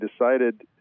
decided